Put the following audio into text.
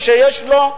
מי שיש לו,